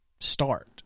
start